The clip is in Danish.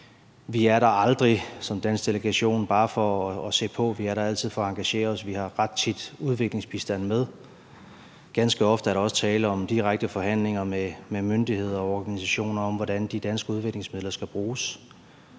Vi er der aldrig som dansk delegation bare for at se på; vi er der altid for at engagere os. Vi har ret tit udviklingsbistand med. Ganske ofte er der også tale om direkte forhandlinger med myndigheder og organisationer om, hvordan de danske udviklingsmidler skal bruges.